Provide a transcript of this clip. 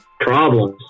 problems